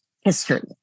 history